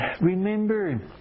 remember